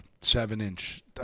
seven-inch